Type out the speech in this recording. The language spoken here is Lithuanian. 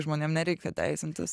žmonėm nereikia teisintis